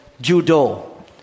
judo